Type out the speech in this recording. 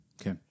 Okay